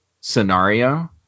scenario